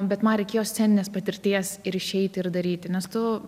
bet man reikėjo sceninės patirties ir išeiti ir daryti nes tu